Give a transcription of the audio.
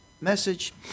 message